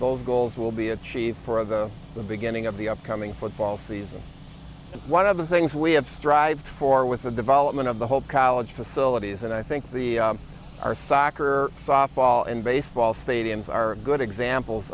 those goals will be achieved for the the beginning of the upcoming football season and one of the things we have strived for with the development of the whole college facilities and i think the our soccer softball and baseball stadiums are good examples